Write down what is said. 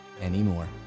anymore